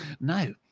No